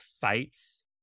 fights